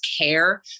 care